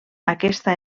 aquesta